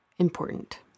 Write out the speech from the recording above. important